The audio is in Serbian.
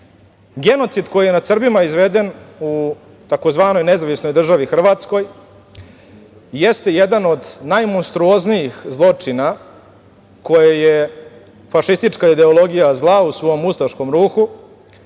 način. Genocid koji je nad Srbima izveden u tzv. nezavisnoj državi Hrvatskoj jeste jedan od najmonstruoznijih zločina koje je fašistička ideologija zla u svom ustaškom ruhu